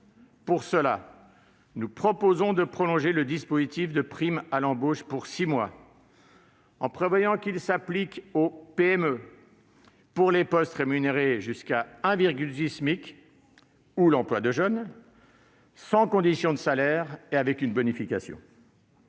Pour cela, nous proposons de prolonger le dispositif de prime à l'embauche pour six mois, en prévoyant qu'il s'applique aux PME pour les postes rémunérés jusqu'à 1,6 SMIC ou l'emploi de jeunes sans condition relative au salaire et avec une bonification.